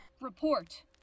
Report